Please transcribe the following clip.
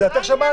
את דעתך שמענו.